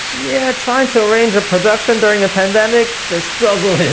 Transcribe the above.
yeah trying to arrange a production during a pandemic, the struggle is